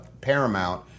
Paramount